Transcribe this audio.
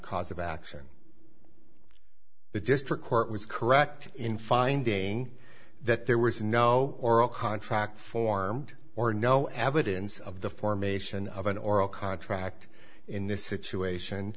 cause of action the district court was correct in finding that there was no oral contract formed or no evidence of the formation of an oral contract in this situation